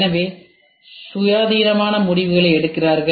எனவே அவர்கள் சுயாதீனமான முடிவுகளை எடுக்கிறார்கள்